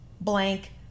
blank